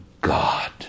God